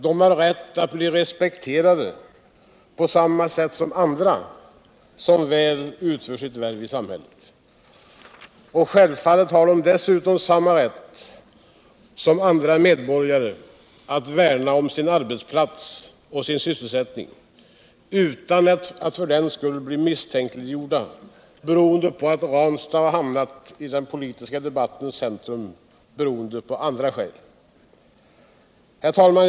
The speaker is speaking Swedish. Den har rätt aut bli respekterad på samma sätt som andra som väl utför sitt värv här 1 samhället. Självfallet har den dessutom samma rätt som andra medborgare aut värna om sin arbetsplats och sin sysselsättning utan att för den skull bli misstänkliggjord beroende på at Ranstad har hamnat i den politiska debattens centrum av andra skäl. Herr talman!